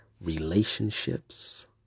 relationships